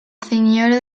señora